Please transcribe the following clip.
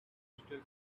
crystal